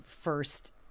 first